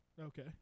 Okay